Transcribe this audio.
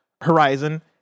Horizon